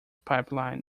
pipeline